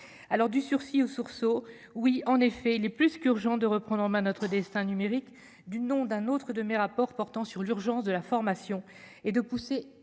alors du sursis au sursaut oui en effet il est plus qu'urgent de reprendre en main notre destin numérique du nom d'un autre de mes rapports portant sur l'urgence de la formation et de pousser